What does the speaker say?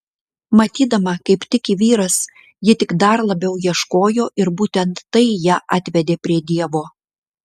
matydama kaip tiki vyras ji tik dar labiau ieškojo ir būtent tai ją atvedė prie dievo